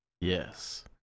Yes